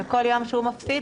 וכל יום שהוא מפסיד,